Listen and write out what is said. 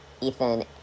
Ethan